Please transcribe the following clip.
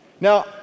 Now